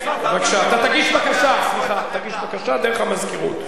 אתה תגיש בקשה, תגיש בקשה דרך המזכירות.